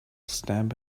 stamp